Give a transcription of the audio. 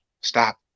stop